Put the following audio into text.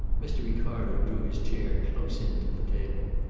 mr. ricardo drew his chair closer in to the table.